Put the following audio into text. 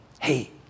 hey